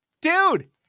Dude